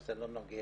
אבל זה לא נוגע.